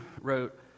wrote